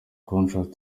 contrast